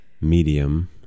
medium